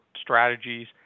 strategies